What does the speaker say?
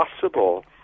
possible